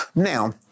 Now